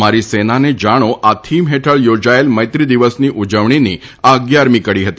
તમારી સેના જાણો આ થીમ હેઠળ યોજાયેલ મૈત્રી દિવસની ઉજવણીની આ અગીયારમી કડી હતી